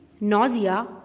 nausea